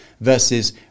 versus